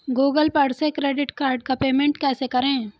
Google पर से credit card का पेमेंट कैसे करें?